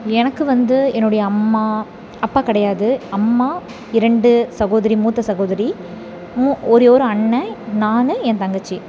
எனக்கு வந்து என்னுடைய அம்மா அப்பா கிடையாது அம்மா இரண்டு சகோதரி மூத்த சகோதரி மு ஒரே ஒரு அண்ணன் நான் என் தங்கச்சி